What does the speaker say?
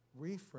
reframe